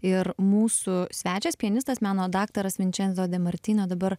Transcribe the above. ir mūsų svečias pianistas meno daktaras vinčenzo de martino dabar